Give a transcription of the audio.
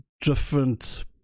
different